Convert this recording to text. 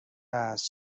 است